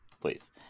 Please